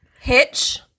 Hitch